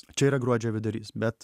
čia yra gruodžio vidurys bet